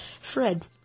Fred